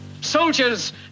Soldiers